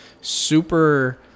super